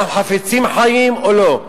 אנחנו חפצים חיים או לא?